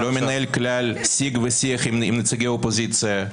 -- כלל לא מנהל שיג ושיח עם נציגי האופוזיציה,